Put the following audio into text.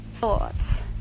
thoughts